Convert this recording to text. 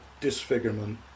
disfigurement